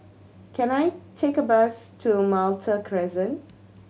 can I take a bus to Malta Crescent